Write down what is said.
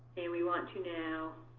and we want to now